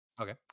Okay